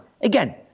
Again